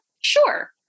Sure